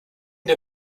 der